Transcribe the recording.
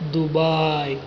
Dubai